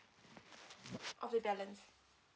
of the balance